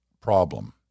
problem